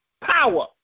power